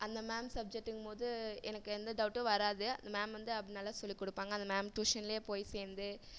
அந்த மேம் சப்ஜெக்ட்டுங்கும்போது எனக்கு எந்த டௌட்டும் வராது அந்த மேம் வந்து நல்லா சொல்லி கொடுப்பாங்க அந்த மேம் டியூஷனிலே போய் சேர்ந்து